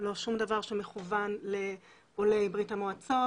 לא שום דבר שמכוון לעולי ברית המועצות